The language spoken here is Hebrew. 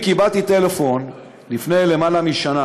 קיבלתי טלפון לפני למעלה משנה